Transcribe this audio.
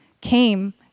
came